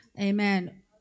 Amen